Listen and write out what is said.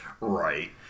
right